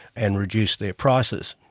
and reduce their prices.